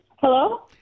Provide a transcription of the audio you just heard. Hello